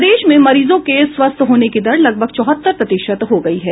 प्रदेश में मरीजों के स्वस्थ होने की दर लगभग चौहत्तर प्रतिशत हो गयी है